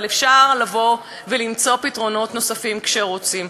אבל אפשר למצוא פתרונות נוספים כשרוצים.